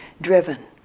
driven